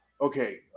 okay